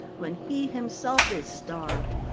when he himself is starved?